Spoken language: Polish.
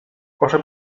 proszę